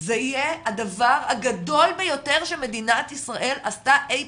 זה יהיה הדבר הגדול ביותר שמדינת ישראל עשתה אי